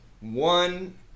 one